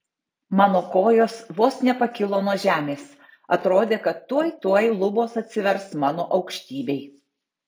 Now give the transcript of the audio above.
mano kojos vos nepakilo nuo žemės atrodė kad tuoj tuoj lubos atsivers mano aukštybei